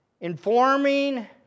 Informing